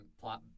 plot